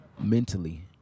mentally